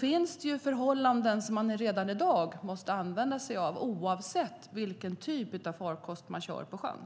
finns det regler som man redan i dag måste använda sig av, oavsett vilken typ av farkost man framför på sjön.